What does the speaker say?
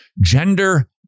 gender